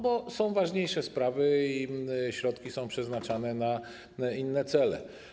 Bo są ważniejsze sprawy i środki są przeznaczane na inne cele.